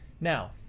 Now